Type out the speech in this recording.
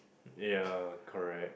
ya correct